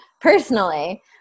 personally